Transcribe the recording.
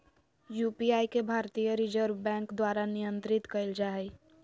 UPI के भारतीय Reserve Bank द्वारा नियंत्रित कइल जा हइ